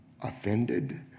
offended